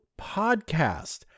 podcast